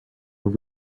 who